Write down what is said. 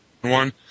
one